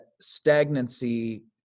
stagnancy